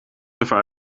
ervaar